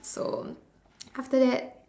so after that